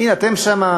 הנה אתם שם,